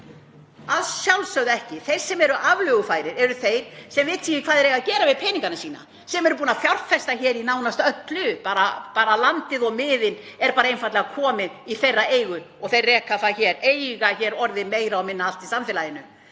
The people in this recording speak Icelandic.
Að sjálfsögðu ekki. Þeir sem eru aflögufærir eru þeir sem vita ekki hvað þeir eiga að gera við peningana sína, sem eru búnir að fjárfesta í nánast öllu, bara landið og miðin eru einfaldlega komin í þeirra eigu og þeir reka það hér, eiga orðið meira og minna allt í samfélaginu.